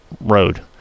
road